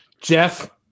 Jeff